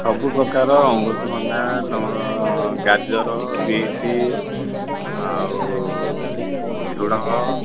ସବୁପ୍ରକାର ଅମୃତଭଣ୍ଡା ତୁମର ଗାଜର ବିଟ୍ ଆଉ ଝୁଡ଼ଙ୍ଗ